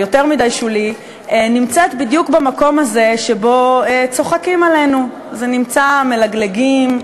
נמצאת בדיוק במקום הזה שבו צוחקים עלינו, מלגלגים: